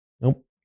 Nope